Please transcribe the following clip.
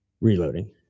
reloading